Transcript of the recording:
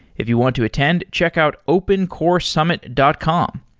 if you want to attend, check out opencoresummit dot com.